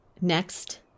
Next